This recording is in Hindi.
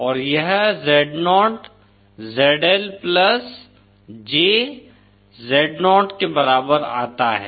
और यह Zo ZL jZo के बराबर आता है